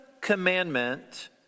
commandment